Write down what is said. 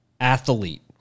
athlete